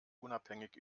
unabhängig